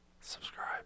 Subscribe